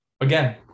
Again